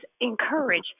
encourage